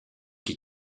qui